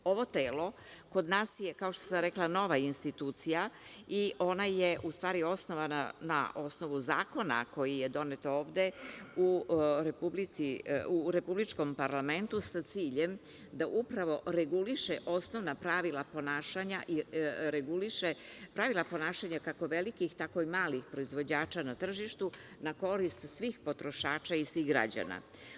Ovo telo kod nas je, kao što sam rekla nova institucija, i ona je u stvari osnovana na osnovu zakona koji je donet ovde u republičkom parlamentu sa ciljem da upravo reguliše osnovna pravila ponašanja, kako velikih, tako i malih proizvođača na tržištu, na korist svih potrošača i svih građana.